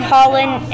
Holland